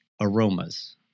aromas